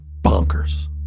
bonkers